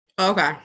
Okay